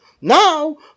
Now